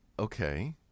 Okay